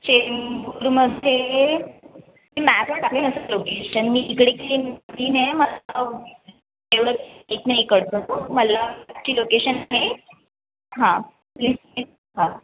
सेंटरमध्ये मॅपला टाकेल नसं लोकेशन मी इकडे काही नवीनए मला एवढं काही माहीत नाही इकडचं मलाची लोकेशन आहे हां हां